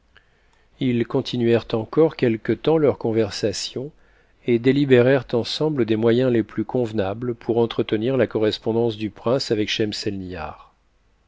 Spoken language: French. ils continuèrent encore quelque temps leur conversation et délibérèrent ensemble des moyens les plus convenables pour entretenir la correspondance du prince avec